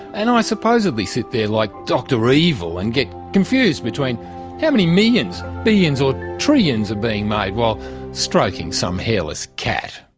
and i supposedly sit there like dr evil and get confused between how many millions, billions or trillions are being made while stroking some hairless cat.